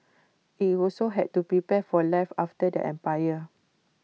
IT also had to prepare for life after the empire